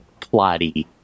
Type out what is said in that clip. plotty